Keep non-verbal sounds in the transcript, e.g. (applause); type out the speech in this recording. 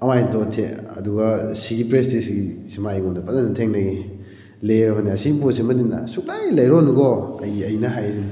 ꯑꯗꯨꯃꯥꯏ ꯇꯧꯔꯒ (unintelligible) ꯑꯗꯨꯒ ꯁꯤꯒꯤ ꯄ꯭ꯔꯤꯁꯇꯤꯖꯤꯁꯦ ꯁꯤꯃ ꯑꯩꯉꯣꯟꯗ ꯐꯖꯅ ꯊꯦꯡꯅꯩꯌꯦ ꯂꯩꯔꯒꯅ ꯑꯁꯤꯒꯤ ꯄꯣꯠꯁꯤꯃꯗꯤ ꯅꯪ ꯁꯨꯛꯂꯩ ꯂꯩꯔꯨꯔꯅꯨꯀꯣ ꯑꯩ ꯑꯩꯅ ꯍꯥꯏꯁꯤꯅꯤ